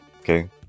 Okay